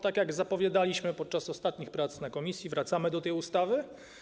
Tak jak zapowiadaliśmy podczas ostatnich prac komisji, wracamy do tej ustawy.